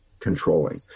Controlling